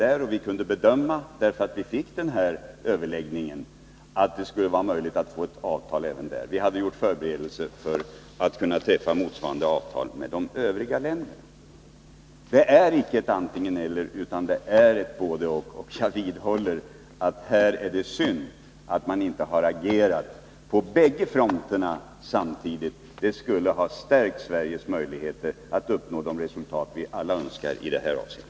Tack vare att vi fick denna överläggning kunde vi bedöma att det skulle vara möjligt att få ett avtal även med det landet. Vi hade gjort förberedelser för att kunna träffa motsvarande avtal med de övriga länderna. Det är alltså icke fråga om ett antingen-eller, utan det är ett både-och. Jag vidhåller att det är synd att regeringen inte har agerat på bägge fronterna samtidigt. Det skulle ha stärkt Sveriges möjligheter att uppnå de resultat som vi alla önskar i det här avseendet.